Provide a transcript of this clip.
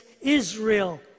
Israel